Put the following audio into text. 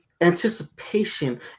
anticipation